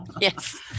Yes